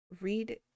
read